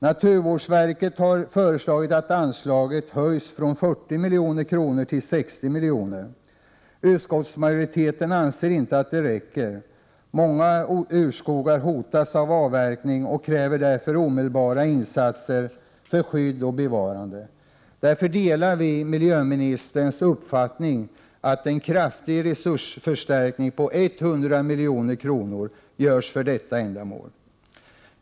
Naturvårdsverket har föreslagit att anslaget höjs från 40 till 60 milj.kr. Utskottsmajoriteten anser inte att det räcker. Många urskogar hotas av avverkning och kräver därför omedelbara insatser för skydd och bevarande. Vi delar därför miljöministerns uppfattning att en kraftig resursförstärkning på 100 milj.kr. görs för detta ändamål.